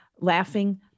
laughing